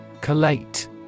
Collate